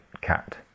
cat